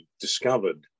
discovered